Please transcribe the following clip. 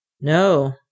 No